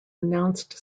announced